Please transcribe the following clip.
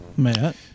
Matt